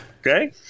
okay